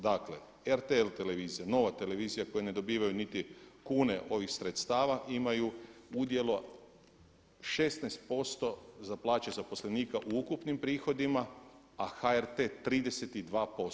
Dakle RTL televizija, NOVA televizija koje ne dobivaju niti kune ovih sredstava imaju udjela 16% za plaće zaposlenika u ukupnim prihodima, a HRT 32%